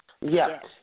Yes